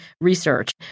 research